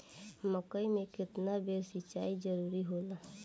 मकई मे केतना बेर सीचाई जरूरी होला?